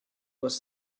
was